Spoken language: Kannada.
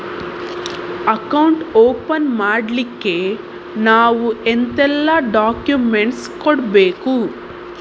ಅಕೌಂಟ್ ಓಪನ್ ಮಾಡ್ಲಿಕ್ಕೆ ನಾವು ಎಂತೆಲ್ಲ ಡಾಕ್ಯುಮೆಂಟ್ಸ್ ಕೊಡ್ಬೇಕು?